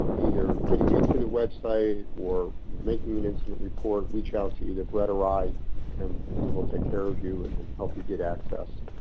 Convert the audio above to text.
um either getting into the website, or making an incident report, reach out to either brett or i and we will take care of you and and help you get access.